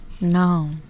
No